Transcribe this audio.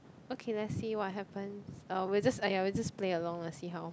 okay let's see what happens or we'll just !aiya! we just play along lah see how